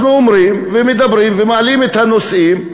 אנחנו אומרים ומדברים ומעלים את הנושאים,